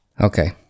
Okay